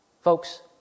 Folks